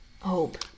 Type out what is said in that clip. Hope